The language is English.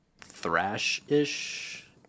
thrash-ish